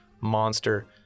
monster